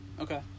okay